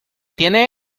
tiene